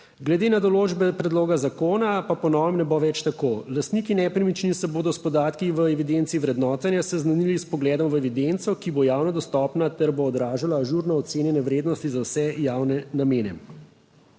Glede na določbe predloga zakona pa po novem ne bo več tako lastniki nepremičnin se bodo s podatki v evidenci vrednotenja seznanili z vpogledom v evidenco, ki bo javno dostopna ter bo odražala ažurno ocenjene vrednosti za vse javne namene.